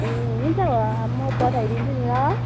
ए हुन्छ म पठाइदिन्छु नि ल